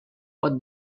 pot